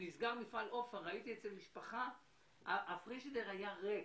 כשנסגר מפעל אופ-אר’ ראיתי איך אצל משפחה יש פריג'דר ריק.